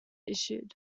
issued